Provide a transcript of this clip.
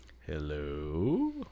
hello